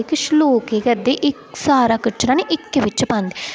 कि किश लोक कि केह् करदे कि सारा कचरा न कि इक्कै बिच्च पांदे